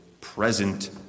present